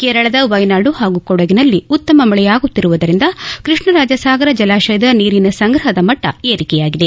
ಕೇರಳದ ವ್ಯೆನಾಡು ಹಾಗೂ ಕೊಡಗಿನಲ್ಲಿ ಉತ್ತಮ ಮಳೆಯಾಗುತ್ತಿರುವುದರಿಂದ ಕೃಷ್ಣರಾಜಸಾಗರ ಜಲಾತಯದ ನೀರಿನ ಸಂಗ್ರಹದ ಮಟ್ನ ಏರಿಕೆಯಾಗಿದೆ